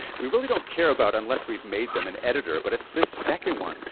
we really don't care about unless we've made them an editor. but it's this second one,